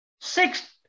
six